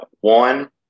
One